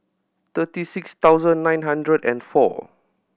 thirty six thousand nine hundred and four